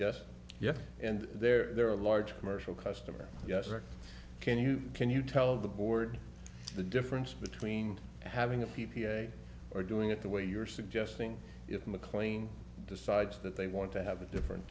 yes yes and there are large commercial customers yes can you can you tell the board the difference between having a p p a or doing it the way you're suggesting if mclean decides that they want to have a different